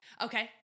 Okay